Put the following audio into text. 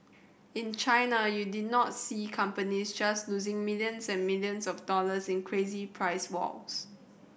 in China you did not see companies just losing millions and millions of dollars in crazy price wars